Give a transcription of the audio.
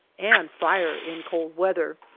and fire in cold weather.